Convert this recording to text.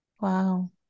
wow